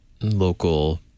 local